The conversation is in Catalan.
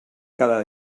cada